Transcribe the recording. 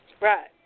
Right